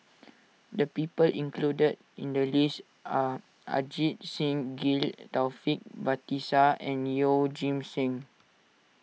the people included in the list are Ajit Singh Gill Taufik Batisah and Yeoh Ghim Seng